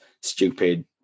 stupid